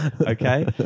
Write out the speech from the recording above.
Okay